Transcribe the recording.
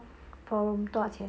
four room 多少钱